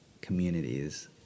communities